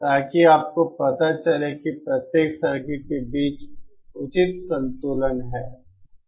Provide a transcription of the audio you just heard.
ताकि आपको पता चले कि प्रत्येक सर्किट के बीच उचित संतुलन है